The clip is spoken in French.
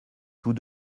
tous